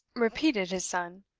repeated his son.